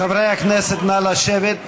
חברי הכנסת, נא לשבת.